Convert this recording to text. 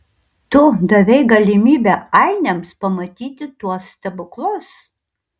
tu davei galimybę ainiams pamatyti tuos stebuklus